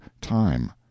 time